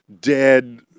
dead